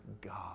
God